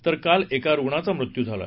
तर काल एका रुग्णाचा मृत्यू झाला